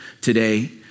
today